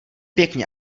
pěkně